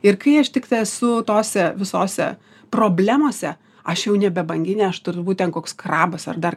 ir kai aš tiktai esu tose visose problemose aš jau nebe banginė aš turbūt ten koks krabas ar dar